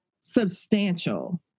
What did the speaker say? substantial